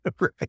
Right